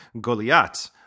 Goliath